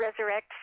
resurrect